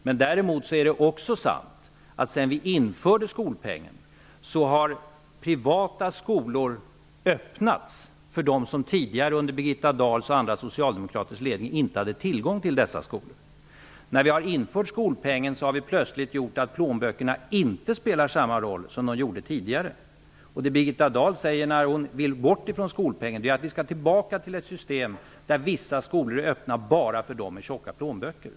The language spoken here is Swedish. Men däremot är det också sant att sedan skolpengen infördes har privata skolor öppnats för dem som tidigare under Birgitta Dahls och andra socialdemokraters ledning inte hade tillgång till dessa skolor. När skolpengen har införts har plötsligt plånböckerna inte spelat samma roll som tidigare. Vad Birgitta Dahl säger när hon vill ha bort skolpengen är att vi skall tillbaka till ett system där vissa skolor är öppna bara för dem med tjocka plånböcker.